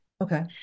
Okay